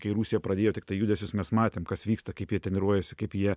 kai rusija pradėjo tiktai judesius mes matėm kas vyksta kaip jie treniruojasi kaip jie